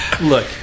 look